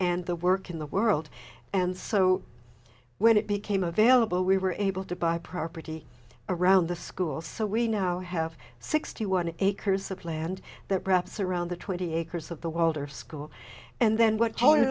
and the work in the world and so when it became available we were able to buy property around the school so we now have sixty one acres of land that wraps around the twenty acres of the world or school and then what